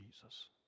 Jesus